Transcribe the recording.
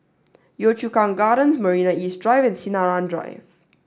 Yio Chu Kang Gardens Marina East Drive and Sinaran Drive